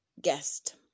Guest